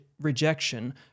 rejection